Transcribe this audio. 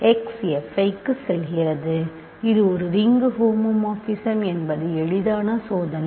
f x f i க்கு செல்கிறது இது ஒரு ரிங்கு ஹோமோமார்பிசம் என்பது எளிதான சோதனை